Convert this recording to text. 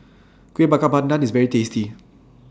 Kueh Bakar Pandan IS very tasty